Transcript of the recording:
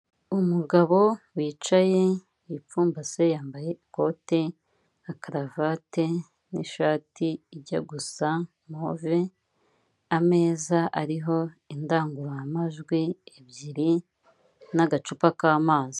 Umugabo wicaye wipfumbase, yambaye ikote na karavate n'ishati ijya gusa move, ameza ariho indangururamajwi ebyiri n'agacupa k'amazi.